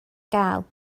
gael